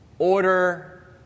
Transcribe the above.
order